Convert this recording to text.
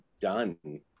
done